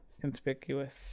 conspicuous